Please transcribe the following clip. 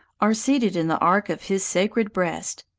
are seated in the ark of his sacred breast,